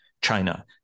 China